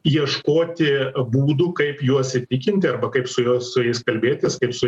ieškoti būdų kaip juos įtikinti arba kaip su juo su jais kalbėtis kaip su